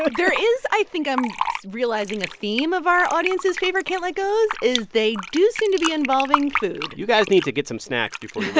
ah there is, i think i'm realizing, a theme of our audience's favorite can't let it goes is they do seem to be involving food you guys need to get some snacks before